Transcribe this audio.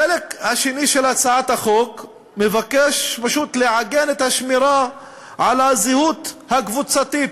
החלק השני של הצעת החוק מבקש פשוט לעגן את השמירה על הזהות הקבוצתית,